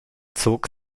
zog